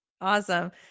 Awesome